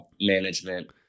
management